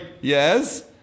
yes